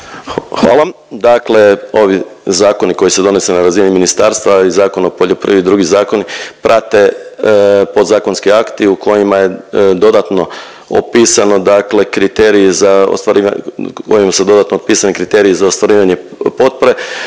Hvala. Dakle, ovi zakoni koji se donose na razini ministarstva i Zakon o poljoprivredi i drugi zakon prate podzakonski akti u kojima je dodatno opisano kriteriji za ostvarivanje kojim